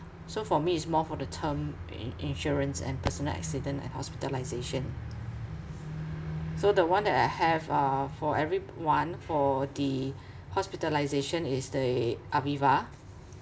so for me it's more for the term in~ insurance and personal accident and hospitalisation so the one that I have uh for everyone for the hospitalisation is the Aviva